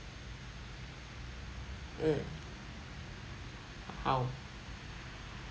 uh how